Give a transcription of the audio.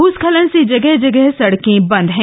भूस्खलन से जगह जगह सडके बंद हैं